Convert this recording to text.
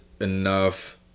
enough